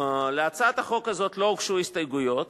להצעת החוק הזאת לא הוגשו הסתייגויות,